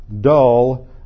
dull